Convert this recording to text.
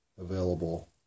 available